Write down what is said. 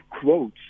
quotes